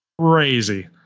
crazy